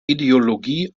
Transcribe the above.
ideologie